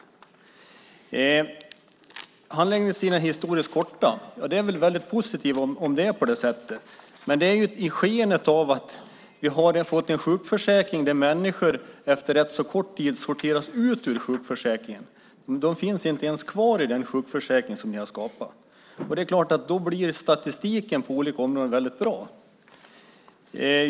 Handläggningstiderna är historiskt korta, säger ministern. Ja, det är väl väldigt positivt om det är på det sättet. Men det är i skenet av att vi har fått en sjukförsäkring där människor efter rätt så kort tid kvoteras ut ur sjukförsäkringen - de finns inte ens kvar i den sjukförsäkring som ni har skapat. Det är klart att statistiken på olika områden då blir väldigt bra.